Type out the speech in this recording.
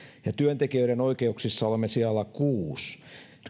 ja työntekijöiden oikeuksissa olemme sijalla kuusi